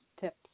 tips